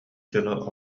дьону